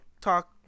talk